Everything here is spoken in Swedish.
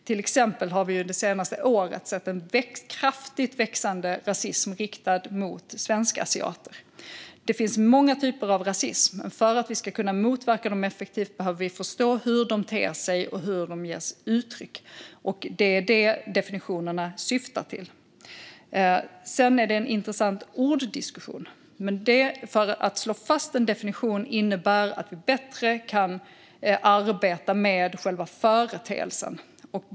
Till exempel har vi ju det senaste året sett en kraftigt ökande rasism riktad mot svenskasiater. Det finns många typer av rasism. För att vi ska kunna motverka dem effektivt behöver vi förstå hur de ter sig och vilka uttryck de tar sig. Det är detta definitionerna syftar till. Sedan är det en intressant orddiskussion. Men att en definition slås fast innebär att vi bättre kan arbeta med själva företeelsen.